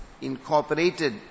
incorporated